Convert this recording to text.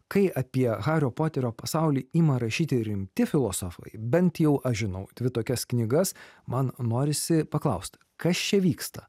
kai apie hario poterio pasaulį ima rašyti rimti filosofai bent jau aš žinau dvi tokias knygas man norisi paklaust kas čia vyksta